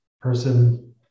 person